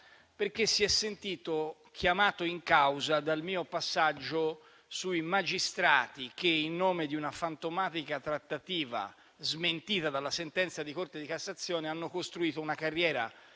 perché si è sentito chiamato in causa dal mio passaggio sui magistrati che, in nome di una fantomatica trattativa smentita dalla sentenza di Corte di cassazione, hanno costruito una carriera